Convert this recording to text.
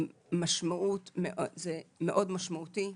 זה מאוד משמעותי.